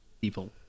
people